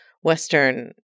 Western